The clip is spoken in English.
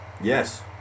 yes